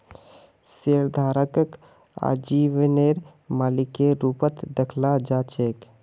शेयरधारकक आजीवनेर मालिकेर रूपत दखाल जा छेक